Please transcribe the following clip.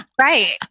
Right